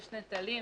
יש נטלים,